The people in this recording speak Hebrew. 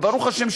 וברוך השם,